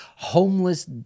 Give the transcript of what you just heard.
homeless